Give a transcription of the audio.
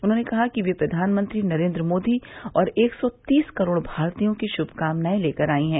उन्होंने कहा कि वे प्रधानमंत्री नरेंद्र मोदी और एक सौ तीस करोड़ भारतीयों की शुभकामनायें लेकर आई हैं